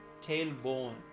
tailbone